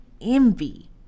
envy